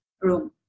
room